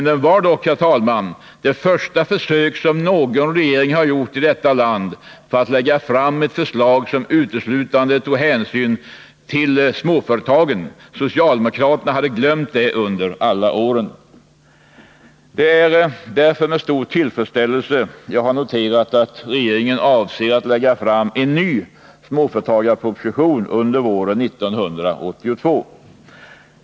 Det var dock det första försök som någon regering här i landet gjort att lägga fram ett förslag som uteslutande tog hänsyn till småföretagen — socialdemokraterna hade glömt det under alla år. Det är därför med stor tillfredsställelse jag har noterat att regeringen avser att lägga fram en ny småföretagarproposition under våren 1982.